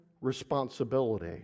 responsibility